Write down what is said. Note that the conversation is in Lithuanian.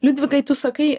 liudvikai tu sakai